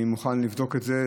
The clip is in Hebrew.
אני מוכן לבדוק את זה.